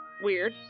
Weird